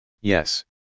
Yes